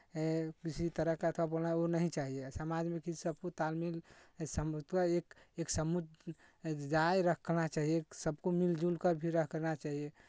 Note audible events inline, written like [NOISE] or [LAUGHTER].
किसी तरह का [UNINTELLIGIBLE] बोलना वो नहीं चाहिए समाज में किसी से आपको तालमेल [UNINTELLIGIBLE] एक एक समुदाय रखना चाहिए सबको मिल जुल कर भी रखना चाहिए